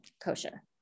kosher